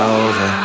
over